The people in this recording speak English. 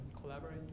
collaborate